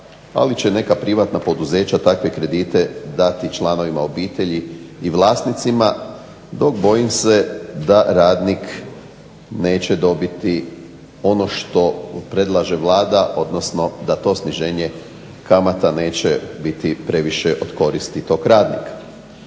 ali će neka privatna poduzeća takve kredite dati članovima obitelji i vlasnicima dok bojim se da radnik neće dobiti ono što predlaže vlada odnosno da to sniženje kamata neće biti previše od koristi tog radnika.